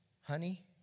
Honey